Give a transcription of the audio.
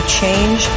change